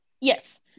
Yes